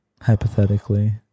hypothetically